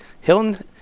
Hilton